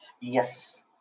Yes